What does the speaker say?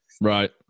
right